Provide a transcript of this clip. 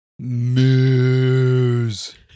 Muse